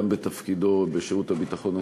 גם בתפקידו בשירות הביטחון הכללי,